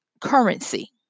currency